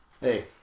Hey